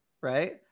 right